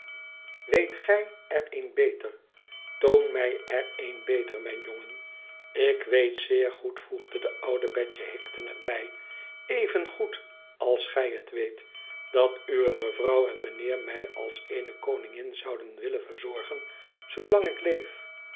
weet gij er een beter toon mij er een beter mijn jongen ik weet zeer goed voegde de oude betje higden er bij evengoed als gij het weet dat uwe mevrouw en mijnheer mij als eene koningin zouden wülen verzorgen zoolang ik leef